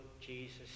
Jesus